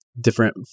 different